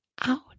out